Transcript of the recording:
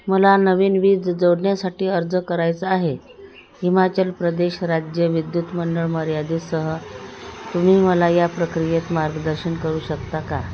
मला नवीन वीज जोडण्यासाठी अर्ज करायचं आहे हिमाचल प्रदेश राज्य विद्युत मंडळ मर्यादीतसह तुम्ही मला या प्रक्रियेत मार्गदर्शन करू शकता का